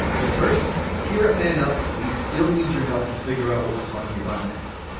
but first here, up, man up. we still need your help to figure out what we're talking about. next,